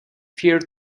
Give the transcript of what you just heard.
peer